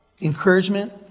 encouragement